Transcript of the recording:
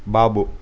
Babu